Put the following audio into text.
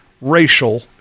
racial